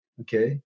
okay